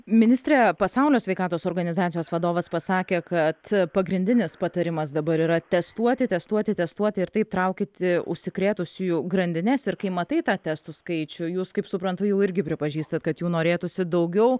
ministre pasaulio sveikatos organizacijos vadovas pasakė kad pagrindinis patarimas dabar yra testuoti testuoti testuoti ir taip traukyti užsikrėtusiųjų grandines ir kai matai tą testų skaičių jūs kaip suprantu jau irgi pripažįstat kad jų norėtųsi daugiau